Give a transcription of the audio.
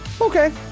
Okay